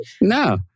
No